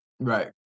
Right